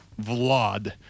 vlad